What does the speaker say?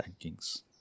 rankings